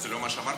זה לא מה שאמרתי?